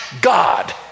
God